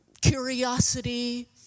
curiosity